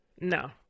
No